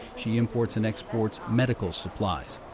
she imports and exports medical supplies.